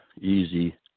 Easy